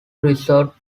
resort